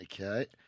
Okay